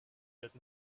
that